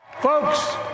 Folks